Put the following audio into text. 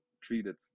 treated